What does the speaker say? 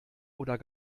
oder